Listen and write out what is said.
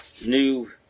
new